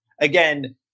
again